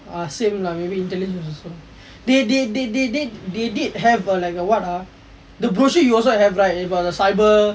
ah same lah maybe intelligence also they they they they they did have a like a what ah the brochure you also have right about the cyber